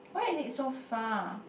why is it so far